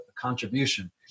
contribution